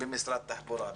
במשרד התחבורה,